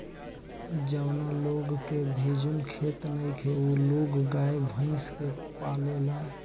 जावना लोग के भिजुन खेत नइखे उ लोग गाय, भइस के पालेलन